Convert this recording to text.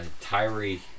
Tyree